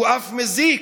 הוא אף מזיק.